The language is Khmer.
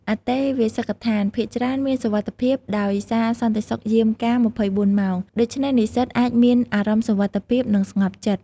អន្តេវាសិកដ្ឋានភាគច្រើនមានសុវត្ថិភាព ដោយសារសន្តិសុខយាមកាម ២៤ ម៉ោង ដូច្នេះនិស្សិតអាចមានអារម្មណ៍សុវត្ថិភាព និងស្ងប់ចិត្ត។